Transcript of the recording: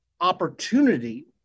opportunity